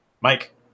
Mike